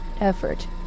effort